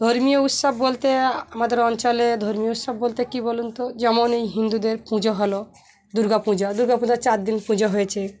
ধর্মীয় উৎসব বলতে আমাদের অঞ্চলে ধর্মীয় উৎসব বলতে কী বলুন তো যেমন এই হিন্দুদের পুজো হলো দুর্গাপূজা দুর্গাপূজার চার দিন পুজো হয়েছে